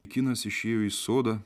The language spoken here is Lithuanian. kinas išėjo į sodą